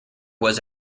was